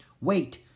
Wait